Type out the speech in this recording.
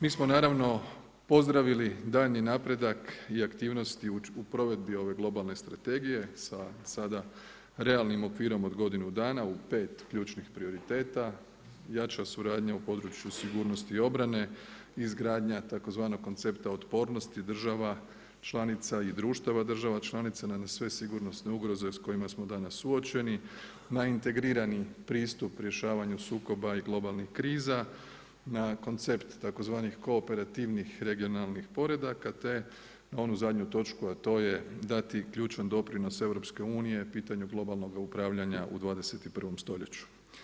Mi smo naravno pozdravili daljnji napredak i aktivnosti u provedbi ove globalne strategije, sa sada realnim okvirom od godinu dana u 5 ključnih prioriteta, jača suradnja u području sigurnosti obrane, izgradnja tzv. koncepta otpornosti država članica i društava država članica na sve sigurnosne ugroze s kojima smo danas suočeni, na integrirani pristup rješavanju sukoba i globalnih kriza, na koncept tzv. kooperativnih regionalnih poredaka te na onu zadnju točku, a to je dati ključan doprinos EU-u, u pitanju globalnoga upravljanja u 21. stoljeću.